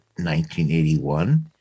1981